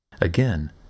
Again